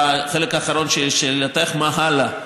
לחלק האחרון של שאלתך, מה הלאה.